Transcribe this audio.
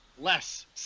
Less